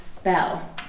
Bell